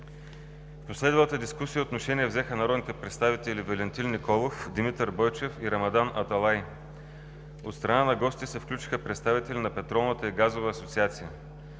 В последвалата дискусия отношение взеха народните представители Валентин Николов, Димитър Бойчев и Рамадан Аталай. От страна на гостите се включиха представители на петролната и газова асоциация.